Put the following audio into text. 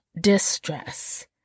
distress